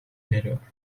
veriyor